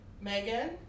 Megan